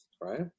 Right